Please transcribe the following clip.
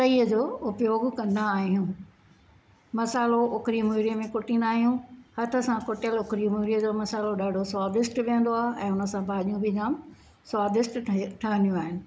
तईअ जो उपयोगु कंदा आहियूं मसालो उखरी मुहिड़ीअ में कुटींदा आहियूं हथ सां कुटयलु उखरी मुहिड़ीअ जो मसालो ॾाढो स्वादिष्ट विहंदो आहे ऐं हुन सां भाॼियूं बि जाम स्वादिष्ट ठइ ठहंदीयूं आहिनि